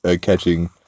catching